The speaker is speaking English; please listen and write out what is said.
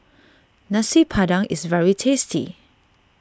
Nasi Padang is very tasty